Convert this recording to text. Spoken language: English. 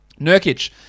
Nurkic